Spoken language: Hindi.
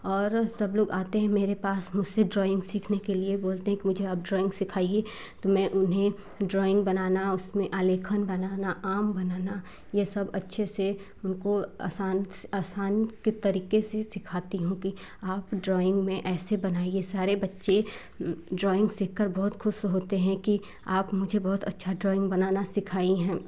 और सब लोग आते हैं मेरे पास मुझसे ड्राॅइंग सीखने के लिए बोलते हैं कि मुझे आप ड्राॅइंग सिखाइए तो मैं उन्हें ड्राॅइंग बनाना उसमें आलेखन बनाना आम बनाना ये सब अच्छे से उनको असान से असान के तरीके से सिखाती हूँ कि आप ड्राॅइंग में ऐसे बनाइए सारे बच्चे ड्राॅइंग सीख कर बहुत खुश होते हैं कि आप मुझे बहुत अच्छा ड्राॅइंग बनाना सिखाई हैं